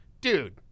dude